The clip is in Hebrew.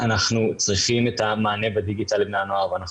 אנחנו צריכים את המענה בדיגיטל לבני הנוער ואנחנו